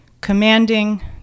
commanding